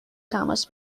تماس